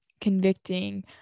convicting